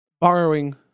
borrowing